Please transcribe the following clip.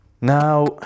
Now